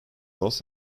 los